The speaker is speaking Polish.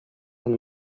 ten